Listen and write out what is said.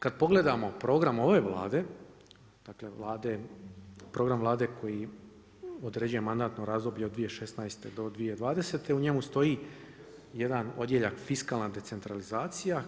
Kad pogledamo program ove Vlade, program Vlade koji određuje mandatno razdoblje od 2016. do 2020., u njemu stoji jedan odjeljak fiskalna decentralizacija